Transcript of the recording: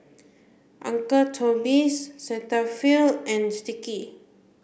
uncle Toby's Cetaphil and Sticky